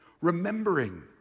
remembering